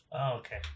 Okay